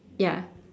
ya